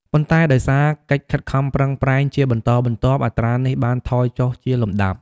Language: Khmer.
ប៉ុន្តែដោយសារកិច្ចខិតខំប្រឹងប្រែងជាបន្តបន្ទាប់ អត្រានេះបានថយចុះជាលំដាប់។